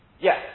Yes